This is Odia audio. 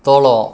ତଳ